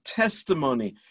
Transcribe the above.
testimony